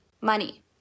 money